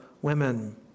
women